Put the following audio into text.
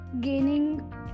gaining